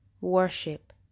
worship